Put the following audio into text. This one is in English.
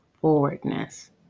forwardness